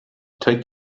take